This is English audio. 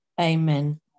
Amen